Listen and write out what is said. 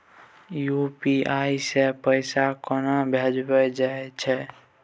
UPI सँ पैसा कोना भेजल जाइत छै?